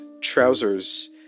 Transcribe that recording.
trousers